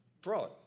fraud